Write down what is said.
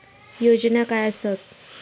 योजना काय आसत?